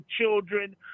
children